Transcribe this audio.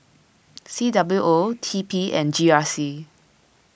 C W O T P and G R C